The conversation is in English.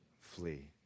Flee